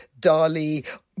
Dali